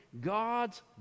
God's